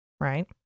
Right